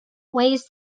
weighs